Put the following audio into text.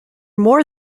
more